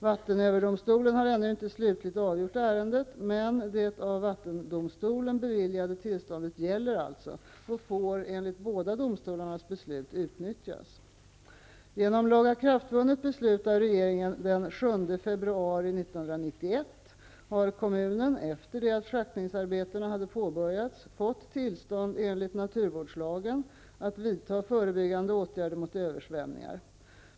Vattenöverdomstolen har ännu inte slutligt avgjort ärendet, men det av vattendomstolen beviljade tillståndet gäller alltså och får, enligt båda domstolarnas beslut, utnyttjas. februari 1991 har kommunen, efter det att schaktningsarbetena hade påbörjats, fått tillstånd enligt naturvårdslagen att vidta förebyggande åtgärder mot översvämningar.